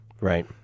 Right